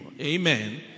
Amen